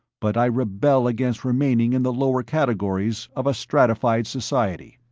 but i rebel against remaining in the lower categories of a stratified society.